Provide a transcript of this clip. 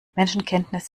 menschenkenntnis